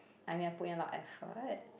I mean I put in a lot of effort